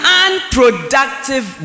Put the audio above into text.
unproductive